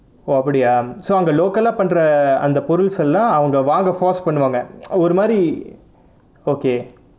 oh அப்படியா:appadiyaa so அங்கே:angae local ah பண்ற அந்த பொருள்ஸ் எல்லாம் அவங்க வாங்க:pandra antha poruls ellaam avanga vaanga force பண்ணுவாங்க ஒரு மாரி:pannuvaanga oru maari okay